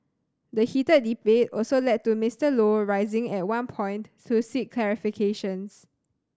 the heated debate also led to Mister Low rising at one point to seek clarifications